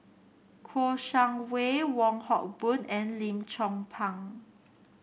Kouo Shang Wei Wong Hock Boon and Lim Chong Pang